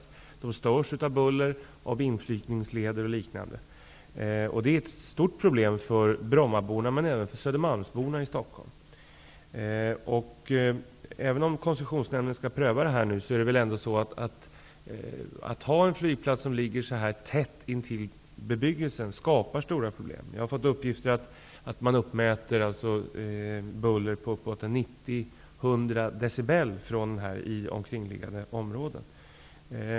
De boende störs av buller från inflygningsleder och liknande. Det är ett stort problem för brommaborna, men även för södermalmsborna. Även om Koncessionsnämnden nu skall pröva detta är det ändå så att det skapar stora problem att ha en flygplats som ligger så nära bebyggelsen. Jag har fått uppgift om att buller uppåt 90-100 decibel har uppmätts i de kringliggande områdena.